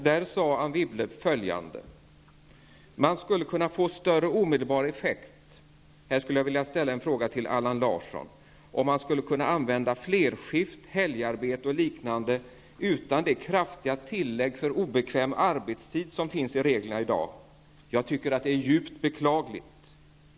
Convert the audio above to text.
Där sade hon följande: ”Man skulle kunna få större omedelbar effekt — här skulle jag vilja ställa en fråga till Allan Larsson — om man också kunde använda flerskift, helgarbete och liknande, utan det kraftiga tillägg för obekväm arbetstid som finns i reglerna i dag. Jag tycker att det är djupt beklagligt.